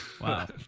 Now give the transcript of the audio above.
Wow